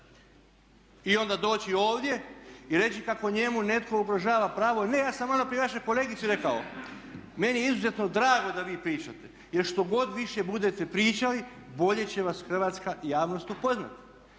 i onda doći ovdje i reći kako njemu netko ugrožava pravo. Ne ja sam maloprije vašoj kolegici rekao meni je izuzetno drago da vi pričate, jer što god više budete pričali bolje će vas hrvatska javnost upoznati.